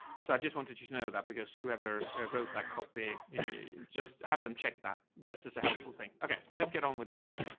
so i just wanted you to know that because whoever wrote that copy, you just have them check that just as a helpful thing. okay, let's get on with the meeting.